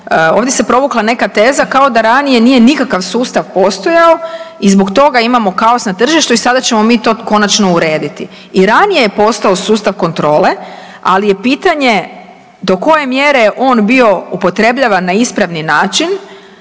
ovdje se provukla neka teza kao da ranije nije nikakav sustav postojao i zbog toga imamo kaos na tržištu i sada ćemo mi to konačno urediti. I ranije je postojao sustav kontrole, ali je pitanje do koje je mjere on bio upotrebljavan na ispravan način